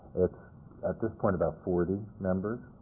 it's at this point about forty members.